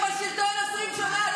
טלי, אתם בשלטון 20 שנה.